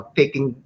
taking